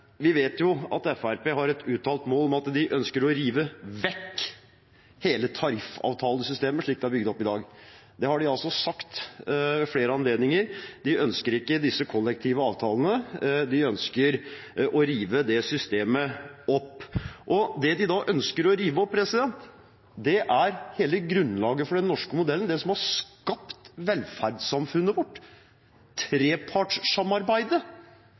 Vi vet jo at Fremskrittspartiet har et uttalt mål om å rive vekk hele tariffavtalesystemet slik det er bygd opp i dag. Det har de sagt ved flere anledninger. De ønsker ikke disse kollektive avtalene. De ønsker å rive det systemet opp. Og det de ønsker å rive opp, er hele grunnlaget for den norske modellen, det som har skapt velferdssamfunnet vårt. Trepartssamarbeidet